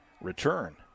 return